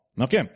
Okay